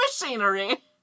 machinery